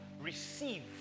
receive